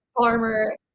farmer